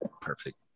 Perfect